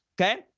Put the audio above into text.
okay